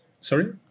Sorry